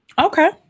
Okay